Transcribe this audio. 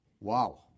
wow